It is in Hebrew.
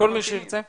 כל מי שירצה.